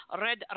Red